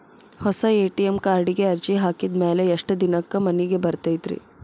ಹೊಸಾ ಎ.ಟಿ.ಎಂ ಕಾರ್ಡಿಗೆ ಅರ್ಜಿ ಹಾಕಿದ್ ಮ್ಯಾಲೆ ಎಷ್ಟ ದಿನಕ್ಕ್ ಮನಿಗೆ ಬರತೈತ್ರಿ?